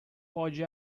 pode